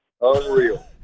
Unreal